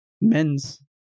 men's